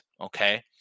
Okay